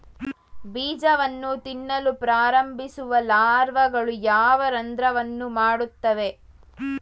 ಬೀಜವನ್ನು ತಿನ್ನಲು ಪ್ರಾರಂಭಿಸುವ ಲಾರ್ವಾಗಳು ಯಾವ ರಂಧ್ರವನ್ನು ಮಾಡುತ್ತವೆ?